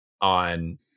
on